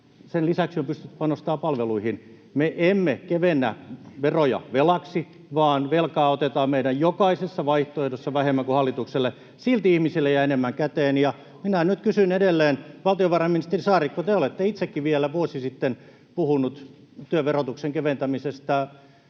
sen lisäksi on pystytty panostamaan palveluihin. Me emme kevennä veroja velaksi, vaan velkaa otetaan meidän jokaisessa vaihtoehdossa vähemmän kuin hallituksen esityksessä, silti ihmisille jää enemmän käteen. Minä nyt kysyn edelleen: Valtiovarainministeri Saarikko, te olette itsekin vielä vuosi sitten puhunut työn verotuksen keventämisestä,